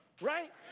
right